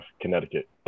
Connecticut